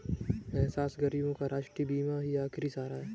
असहाय गरीबों का राष्ट्रीय बीमा ही आखिरी सहारा है